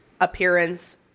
appearance